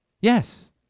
Yes